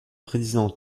président